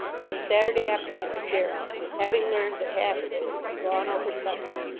on saturday afternoon darrell, having learned that hathaway was to be gone over sunday,